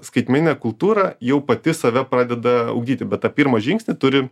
skaitmeninė kultūra jau pati save pradeda ugdyti bet tą pirmą žingsnį turi